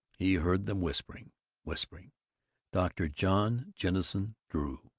he heard them whispering whispering dr. john jennison drew,